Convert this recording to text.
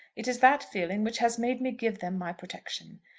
it is that feeling which has made me give them my protection.